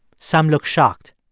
some look shocked.